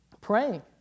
praying